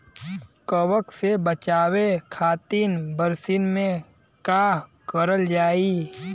कवक से बचावे खातिन बरसीन मे का करल जाई?